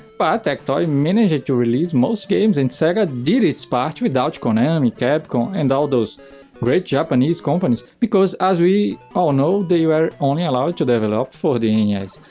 but tectoy managed to release most games and sega did its part without konami, capcom and all those great japanese companies, because as we all know they were only allowed to develop for the and yeah nes.